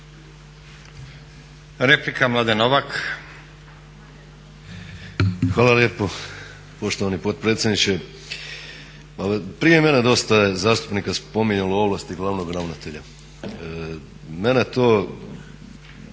Stranka rada)** Hvala lijepo poštovani potpredsjedniče. Pa prije mene dosta je zastupnika spominjalo ovlasti glavnog ravnatelja. Mene to